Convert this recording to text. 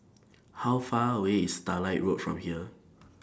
How Far away IS Starlight Road from here